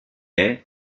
est